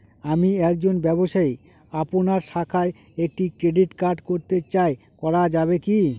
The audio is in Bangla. আমি একজন ব্যবসায়ী আপনার শাখায় একটি ক্রেডিট কার্ড করতে চাই করা যাবে কি?